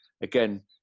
again